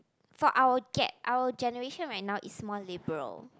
for our gap our generation right now is more liberal